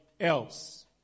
else